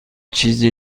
چیزی